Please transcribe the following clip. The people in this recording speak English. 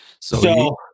So-